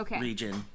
region